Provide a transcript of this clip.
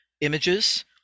images